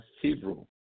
Hebrew